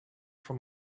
for